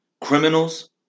criminals